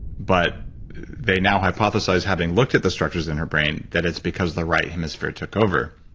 but they now hypothesize having looked at the structures in her brain that it's because the right hemisphere took over,